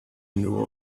new